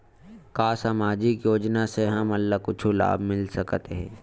का सामाजिक योजना से हमन ला कुछु लाभ मिल सकत हे?